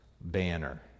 banner